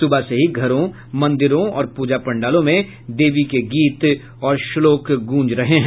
सुबह से ही घरों मंदिरों और पूजा पंडालों में देवी के गीत और श्लोक गूंजने लगे हैं